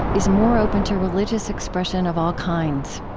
is more open to religious expression of all kinds.